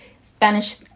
Spanish